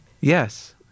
Yes